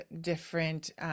different